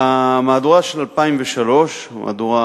במהדורה של 2003, במהדורה